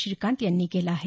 श्रीकांत यांनी केलं आहे